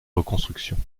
reconstructions